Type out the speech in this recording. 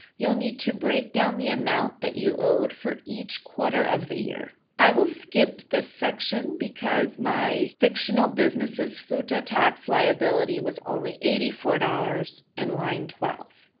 you'll need to break down the amount that you owed for each quarter of the year. i will skip this section because my fictional business's futa liability was only eighty four dollars in line twelve.